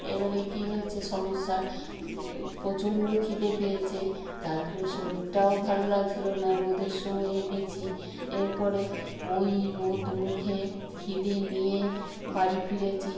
এবারে কী হয়েছে সমস্যা প্রচণ্ড খিদে পেয়েছে তার উপরে শরীরটাও ভালো লাগছিলো না রোদের সময়ে গেছি এরপরে ওই রোদ মুখে খিদে নিয়ে বাড়ি ফিরেছি